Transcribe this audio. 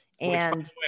And-